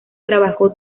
trabajó